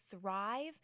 thrive